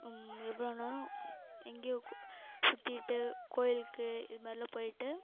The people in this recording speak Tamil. இவ்வளோ நேரம் எங்கேயோ கு சுற்றிக்கிட்டு கோயிலுக்கு இது மாதிரிலாம் போயிட்டு